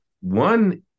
one